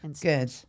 Good